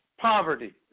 poverty